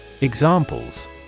Examples